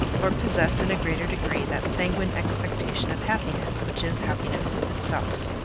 or possess, in a greater degree, that sanguine expectation of happiness which is happiness itself.